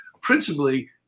Principally